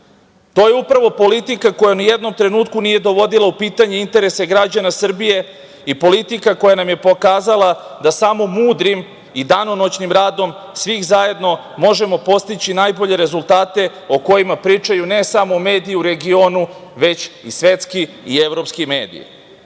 To je upravo politika koja ni u jednom trenutku nije dovodila u pitanje interese građana Srbije i politika koja nam je pokazala da samo mudrim i danonoćnim radom svih zajedno možemo postići najbolje rezultate o kojima pričaju ne samo mediji u regionu, već i svetski i evropski